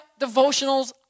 devotionals